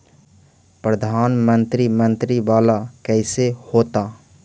प्रधानमंत्री मंत्री वाला कैसे होता?